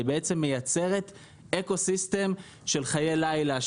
היא בעצם מייצרת אקוסיסטם של חיי לילה,